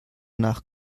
nach